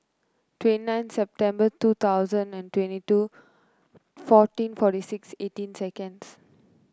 twenty nine September two thousand and twenty two fourteen forty six eighteen seconds